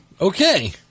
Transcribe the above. Okay